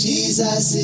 Jesus